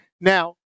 Now